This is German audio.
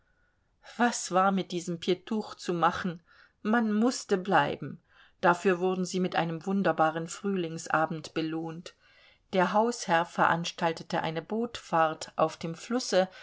was war mit diesem pjetuch zu machen man mußte bleiben dafür wurden sie mit einem wunderbaren frühlingsabend belohnt der hausherr veranstaltete eine bootfahrt auf dem flusse